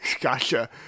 Gotcha